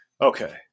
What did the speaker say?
Okay